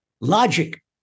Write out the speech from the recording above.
logic